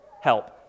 help